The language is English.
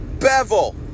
bevel